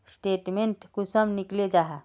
Statement कुंसम निकले जाहा?